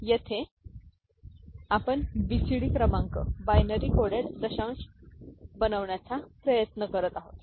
तर येथे आपण बीसीडी क्रमांक बायनरी कोडड दशांश दर्शविण्याचा प्रयत्न करीत आहोत